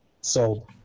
Sold